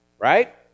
Right